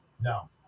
No